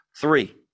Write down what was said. three